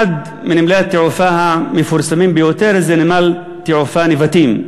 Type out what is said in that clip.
אחד מנמלי התעופה המפורסמים ביותר הוא נמל התעופה נבטים,